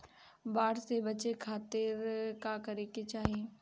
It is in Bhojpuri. बाढ़ से बचे खातिर का करे के चाहीं?